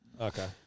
Okay